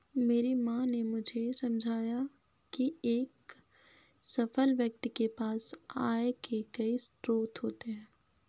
मेरी माँ ने मुझे समझाया की एक सफल व्यक्ति के पास आय के कई स्रोत होते हैं